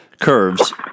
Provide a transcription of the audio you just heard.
curves